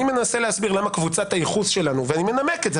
מנסה להסביר למה קבוצת הייחוס שלנו ואני מנמק את זה.